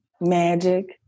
magic